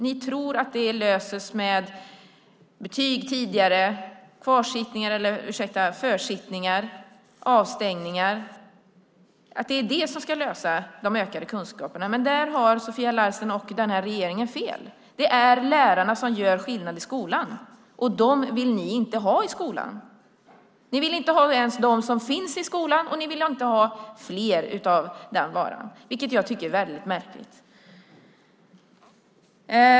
Ni tror att det löses med tidigare betyg, försittningar och avstängningar, att det är det som ska ge de ökade kunskaperna. Men där har Sofia Larsen och regeringen fel. Det är lärarna som gör skillnad i skolan, och dem vill ni inte ha i skolan. Ni vill inte ens ha dem som finns i skolan, och ni vill inte ha fler av den varan, vilket jag tycker är väldigt märkligt.